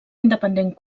independent